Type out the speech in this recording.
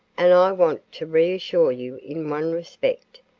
and i want to reassure you in one respect,